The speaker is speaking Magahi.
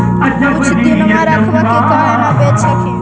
कुछ दिनमा रखबा के काहे न बेच हखिन?